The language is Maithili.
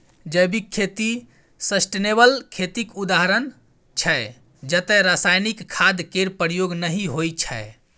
जैविक खेती सस्टेनेबल खेतीक उदाहरण छै जतय रासायनिक खाद केर प्रयोग नहि होइ छै